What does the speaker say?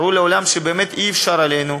הראו לעולם שבאמת אי-אפשר עלינו,